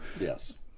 Yes